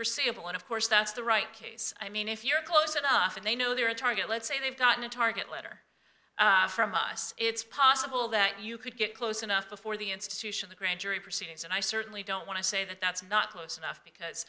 forseeable and of course that's the right case i mean if you're close enough and they know they're a target let's say they've gotten a target letter from us it's possible that you could get close enough before the institution of the grand jury proceedings and i certainly don't want to say that that's not close enough because